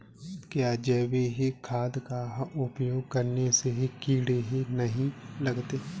क्या जैविक खाद का उपयोग करने से कीड़े नहीं लगते हैं?